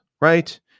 right